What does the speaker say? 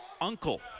Uncle